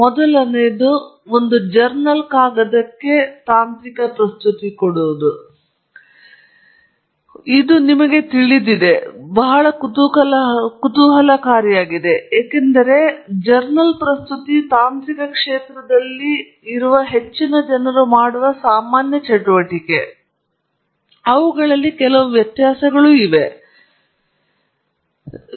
ಮೊದಲನೆಯದು ಒಂದು ಜರ್ನಲ್ ಕಾಗದದ ವಿರುದ್ಧ ತಾಂತ್ರಿಕ ಪ್ರಸ್ತುತಿಯಾಗಿದೆ ಇದು ನಮಗೆ ತಿಳಿದಿರುವುದು ಕುತೂಹಲಕಾರಿಯಾಗಿದೆ ಏಕೆಂದರೆ ಇವುಗಳು ತಾಂತ್ರಿಕ ಕ್ಷೇತ್ರದಲ್ಲಿನ ಹೆಚ್ಚಿನ ಜನರು ಮಾಡುವ ಚಟುವಟಿಕೆಗಳು ಮತ್ತು ಅವುಗಳಲ್ಲಿ ಕೆಲವು ವ್ಯತ್ಯಾಸಗಳು ಇವೆ ಮತ್ತು ನಾವು ನೋಡುತ್ತಿದ್ದೇವೆ